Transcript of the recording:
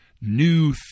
new